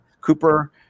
Cooper